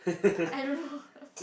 I don't know